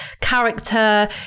character